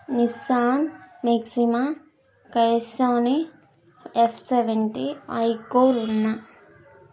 Nissan Maxima కౌసాని F seventy ఐకోర్ ఉన్న